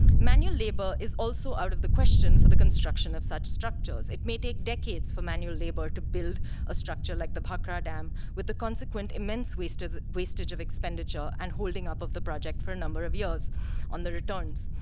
manual labor is also out of the question for the construction of such structures. it may take decades for manual labor to build a structure like the bhakra dam with the consequent immense wastage of expenditure and holding up of the project for a number of years on the returns.